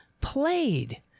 played